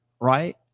right